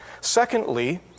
secondly